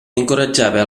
encoratjava